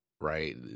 right